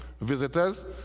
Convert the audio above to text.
visitors